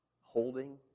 holding